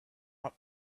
out